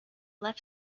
left